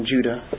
Judah